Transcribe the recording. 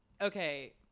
Okay